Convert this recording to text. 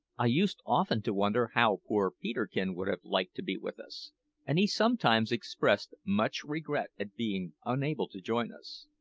i used often to wonder how poor peterkin would have liked to be with us and he sometimes expressed much regret at being unable to join us.